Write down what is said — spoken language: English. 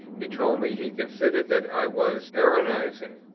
he told me he considered that i was arianizing.